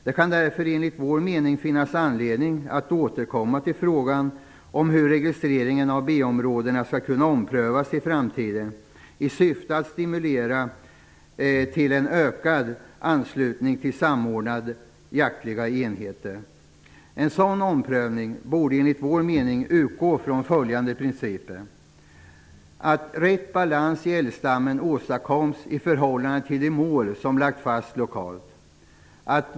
Det kan därför enligt vår mening finnas anledning att återkomma till frågan om hur registreringen av B-områdena skall kunna omprövas i framtiden, i syfte att stimulera en ökad anslutning till samordnade jaktenheter. En sådan prövning borde utgå från följande principer: Rätt balans bör åstadkommas i förhållande till de mål som lagts fast lokalt.